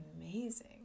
amazing